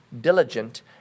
diligent